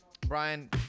Brian